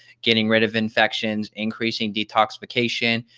getting rid of infections, increasing detoxification,